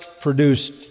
produced